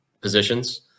positions